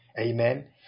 amen